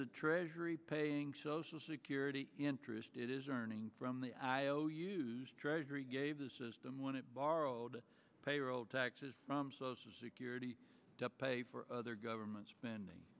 the treasury paying social security interest it is earning from the ious treasury gave the system when it borrowed payroll taxes from social security to pay for other government spending